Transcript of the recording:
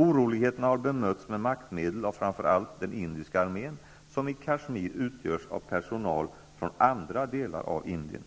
Oroligheterna har bemötts med maktmedel av framför allt den indiska armén, som i Kashmir utgörs av personal från andra delar av Indien.